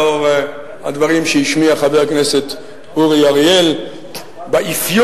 לאור הדברים שהשמיע חבר הכנסת אורי אריאל באפיון